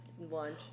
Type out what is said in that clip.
lunch